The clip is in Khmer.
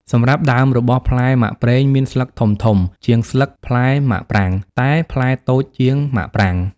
សម្រាប់់ដើមរបស់ផ្លែមាក់ប្រេងមានស្លឹកធំៗជាងស្លឹកផ្លែមាក់ប្រាង តែផ្លែតូចជាងមាក់ប្រាង។